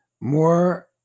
More